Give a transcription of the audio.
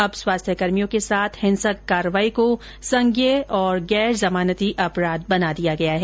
अब स्वास्थ्यकर्मियों के साथ हिंसक कार्रवाई को संझेय और गैरजमानती अपराध बना दिया गया है